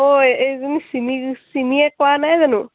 অঁ এইজনী চিমি চিমিয়ে কোৱা নাই জানো